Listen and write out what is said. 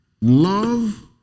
Love